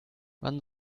wann